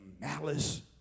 malice